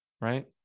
right